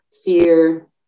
fear